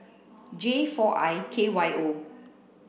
J four I K Y O